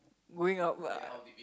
going out but